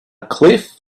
cliff